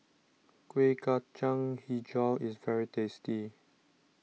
Kueh Kacang HiJau is very tasty